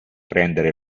prendere